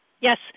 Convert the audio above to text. Yes